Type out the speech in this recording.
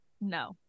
no